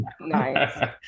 Nice